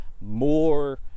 more